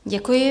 Děkuji.